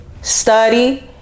study